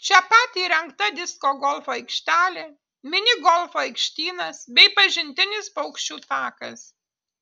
čia pat įrengta disko golfo aikštelė mini golfo aikštynas bei pažintinis paukščių takas